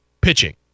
pitching